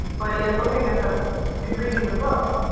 but in looking at the in reading the book,